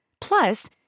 Plus